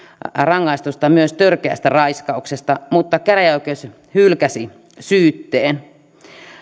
rangaistusta myös törkeästä raiskauksesta mutta käräjäoikeus hylkäsi syytteen